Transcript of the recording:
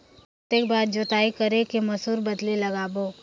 कितन बार जोताई कर के मसूर बदले लगाबो?